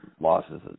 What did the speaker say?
losses